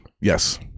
Yes